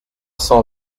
cent